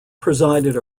presided